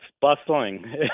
bustling